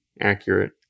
accurate